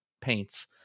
paints